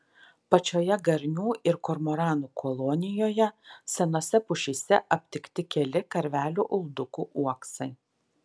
pačioje garnių ir kormoranų kolonijoje senose pušyse aptikti keli karvelių uldukų uoksai